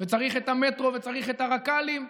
וצריך את המטרו וצריך את הרק"לים.